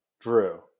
Drew